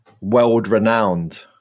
world-renowned